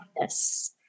yes